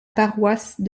paroisse